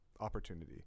opportunity